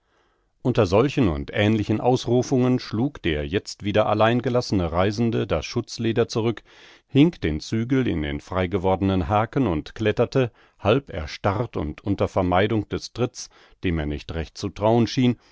unter solchen und ähnlichen ausrufungen schlug der jetzt wieder allein gelassene reisende das schutzleder zurück hing den zügel in den freigewordenen haken und kletterte halb erstarrt und unter vermeidung des tritts dem er nicht recht zu trauen schien